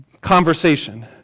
Conversation